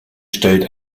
stellt